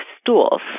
stools